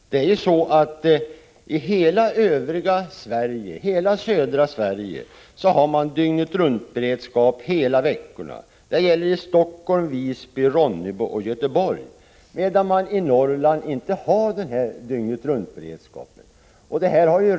I hela övriga Sverige, dvs. i hela södra Sverige, har man dygnet-runt-beredskap hela veckorna. Det gäller i Helsingfors, Visby, Ronneby och Göteborg, medan man i Norrland inte har denna dygnet-runt-beredskap.